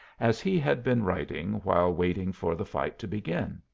as he had been writing while waiting for the fight to begin.